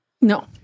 No